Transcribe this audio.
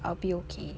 I'll be okay